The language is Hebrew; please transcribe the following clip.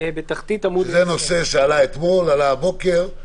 זה נושא שעלה אתמול, עלה הבוקר.